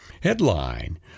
Headline